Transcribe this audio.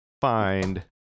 find